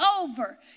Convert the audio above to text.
over